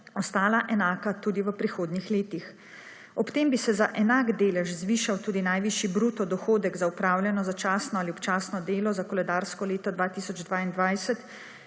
ostala enaka tudi v prihodnih letih. Ob tem bi se za enak delež zvišal tudi najvišji bruto dohodek za opravljeno začasno ali občasno delo za koledarsko leto 2022,